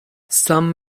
some